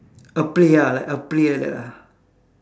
a play ah like a play like that ah